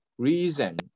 Reason